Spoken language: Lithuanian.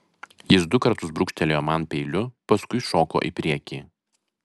jis du kartus brūkštelėjo man peiliu paskui šoko į priekį